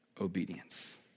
obedience